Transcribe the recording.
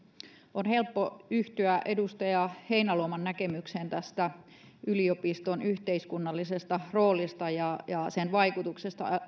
on helppo yhtyä edustaja heinäluoman näkemykseen yliopiston yhteiskunnallisesta roolista ja sen vaikutuksesta